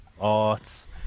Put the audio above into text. arts